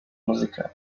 muzika